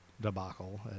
debacle